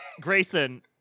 grayson